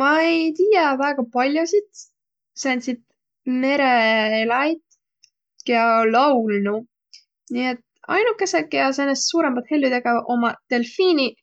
Ma ei tiiäq väega pall'osit sääntsit mereeläjit, kiä laulnuq. Nii et ainukõsõq, kiä säänest suurõmbat hellü tegeväq, ommaq delfiiniq